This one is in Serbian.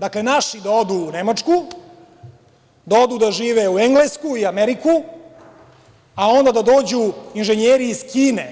Dakle, naši da odu u Nemačku, da odu da žive u Englesku i Ameriku, a onda da dođu inženjeri iz Kine,